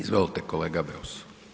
Izvolite kolega Beus.